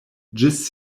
ĝis